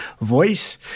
voice